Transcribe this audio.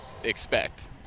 expect